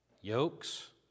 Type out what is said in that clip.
yokes